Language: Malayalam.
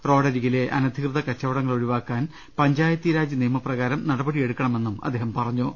റോഡരികിലെ അനധികൃത കച്ചവടങ്ങൾ ഒഴിവാക്കാൻ പഞ്ചായത്തീരാജ് നിയമപ്രകാരം നടപടിയെടുക്കണമെന്നും അദ്ദേഹം പറഞ്ഞു